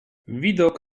widok